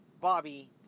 Bobby